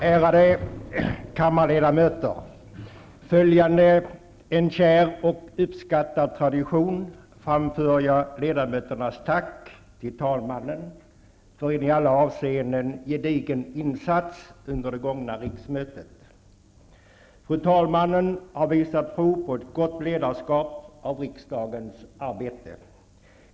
Ärade kammarledamöter! Följande en kär och uppskattad tradition framför jag ledamöternas tack till talmannen för en i alla avseenden gedigen insats under det gångna riksmötet. Fru talmannen har visat prov på ett gott ledarskap av riksdagens arbete.